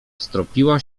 stropiła